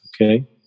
okay